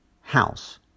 house